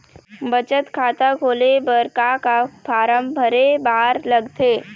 बचत खाता खोले बर का का फॉर्म भरे बार लगथे?